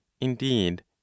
Indeed